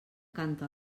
canta